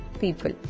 people